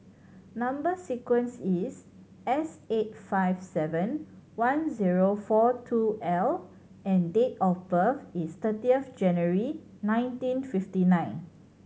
number sequence is S eight five seven one zero four two L and date of birth is thirtieth of January nineteen fifty nine